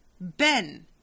Ben